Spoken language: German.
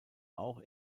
auch